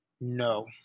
No